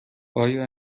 آیا